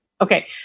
okay